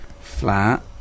Flat